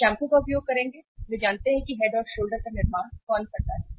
वे shampoo का उपयोग करेंगे वे जानते हैं कि हेड और शोल्डर का निर्माण कौन करता है